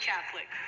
catholic